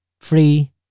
free